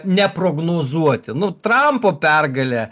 neprognozuoti nu trampo pergalė